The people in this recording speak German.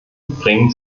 bringen